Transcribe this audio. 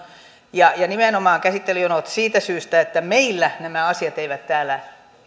on ja nimenomaan siitä syystä että meillä nämä asiat eivät täällä